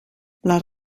les